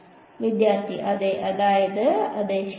വിദ്യാർത്ഥി അതെ അതായത് അതെ ശരിയാണ്